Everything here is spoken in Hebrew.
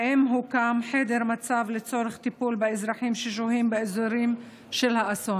2. האם הוקם חדר מצב לצורך טיפול באזרחים ששוהים באזורים של האסון?